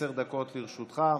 עשר דקות לרשותך.